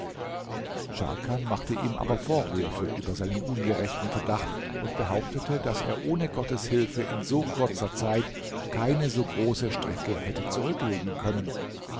scharkan machte ihm aber vorwürfe über seinen ungerechten verdacht und behauptete daß er ohne gottes hilfe in so kurzer zeit keine so große strecke hätte zurücklegen können